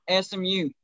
SMU